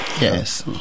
Yes